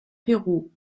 peru